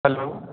hello